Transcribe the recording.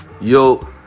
Yo